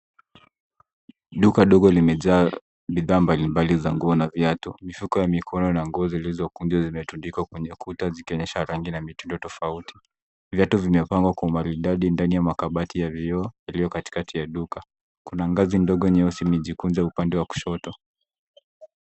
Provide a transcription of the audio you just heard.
Duka ndogo limejaa bidhaa mbalimbali za nguo na viatu. Mifuko ya mikono na mikoba ya ngozi imetundikwa kwenye kuta, ikiwa na rangi na mitindo tofauti. Viatu vimepangwa kwa umaridadi ndani ya makabati ya vioo katikati ya duka. Upande wa kushoto kuna ngazi ndogo.